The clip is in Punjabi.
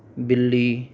ਬਿੱਲੀ